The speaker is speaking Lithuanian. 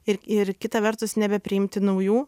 ir ir kita vertus nebepriimti naujų